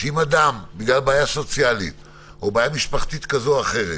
שאם אדם בגלל בעיה סוציאלית או בעיה משפחתית כזו או אחרת